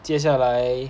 接下来